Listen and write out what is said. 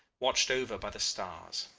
watched over by the stars.